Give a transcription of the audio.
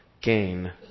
gain